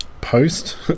post